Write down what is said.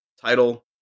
title